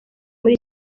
muri